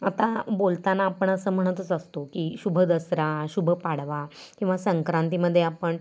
आता बोलताना आपण असं म्हणतच असतो की शुभ दसरा शुभ पाडवा किंवा संक्रांतीमध्ये आपण